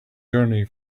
journey